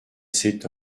sept